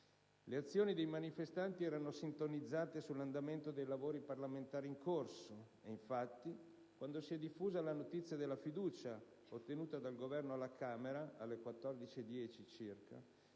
Le azioni dei manifestanti erano sintonizzate sull'andamento dei lavori parlamentari in corso. Ed infatti, quando si è diffusa la notizia della fiducia ottenuta dal Governo alla Camera (alle ore 14,10 circa)